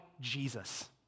Jesus